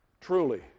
truly